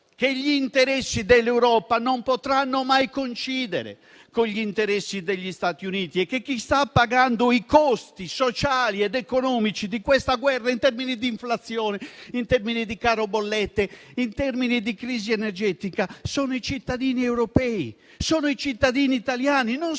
cui gli interessi dell'Europa non potranno mai coincidere con quelli degli Stati Uniti e che chi sta pagando i costi sociali ed economici di questa guerra in termini di inflazione, di caro bollette e di crisi energetica sono i cittadini europei e i cittadini italiani, non quelli statunitensi.